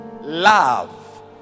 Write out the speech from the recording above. love